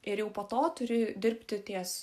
ir jau po to turi dirbti ties